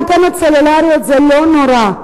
אנטנות סלולריות זה לא נורא.